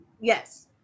Yes